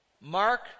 Mark